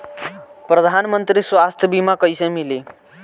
प्रधानमंत्री स्वास्थ्य बीमा कइसे मिली?